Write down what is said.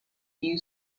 few